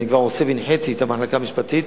ואני כבר הנחיתי את המחלקה המשפטית